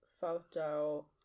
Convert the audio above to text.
photo